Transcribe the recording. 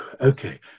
okay